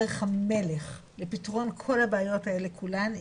דרך המלך לפתרון כל הבעיות האלה כולן,